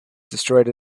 destroyed